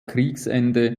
kriegsende